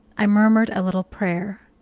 i murmured a little prayer.